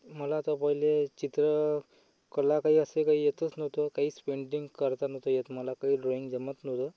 मला तर पहिले चित्र कला काही असे काही येतच नव्हतं काहीच पेंटिंग करताना तर येत नव्हतं येत मला काही ड्रइंग जमत नव्हतं